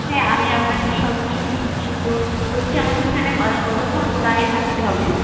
হ্যাঁ আমি আপনাকে সব কিছু দিচ্ছি তো বলছি আমাকে এখানে আর কতক্ষণ দাঁড়িয়ে থাকতে হবে